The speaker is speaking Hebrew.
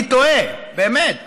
אני תוהה, באמת.